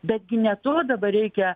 betgi ne to dabar reikia